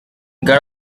get